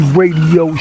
radio